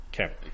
Okay